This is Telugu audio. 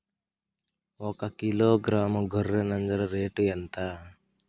ఒకకిలో గ్రాము గొర్రె నంజర రేటు ఎంత?